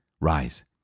Rise